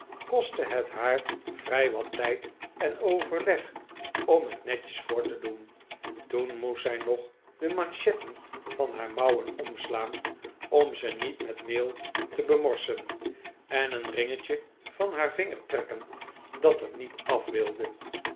kostte het haar vrij wat tijd en overleg om het netjes voor te doen toen moest zij nog de manchetten van haar mouwen omslaan om ze niet met meel te bemorsen en een ringetje van haar vinger trekken dat er niet afwilde